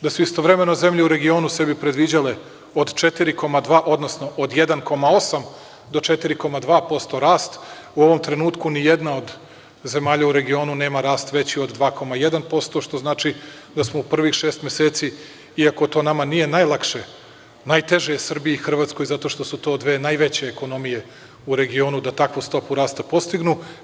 Da su istovremeno zemlje u regionu sebi predviđale od 4,2, odnosno od 1,8 do 4,2% rast, u ovom trenutku ni jedna od zemalja u regionu nema rast veći od 2,1%, što znači da smo u prvih šest meseci, iako to nama nije najlakše, najteže je Srbiji i Hrvatskoj, zato što su to dve najveće ekonomije u regionu da takvu stopu rasta postignu.